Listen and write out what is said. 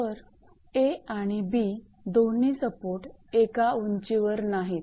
तर A आणि B दोन्ही सपोर्ट एका उंचीवर नाहीत